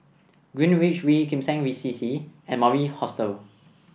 Greenwich V Kim Seng C C and Mori Hostel